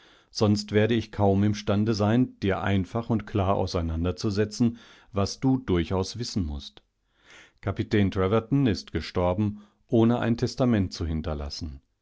sonst werde ich kaum im stande sein dir einfach und klar auseinanderzusetzen was du durchaus wissen mußt kapitän treverton ist gestorben ohne ein testament zu hinterlassen